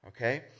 Okay